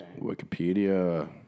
Wikipedia